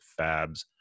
fabs